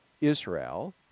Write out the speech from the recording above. Israel